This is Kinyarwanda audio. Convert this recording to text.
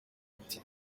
ati